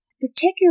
particularly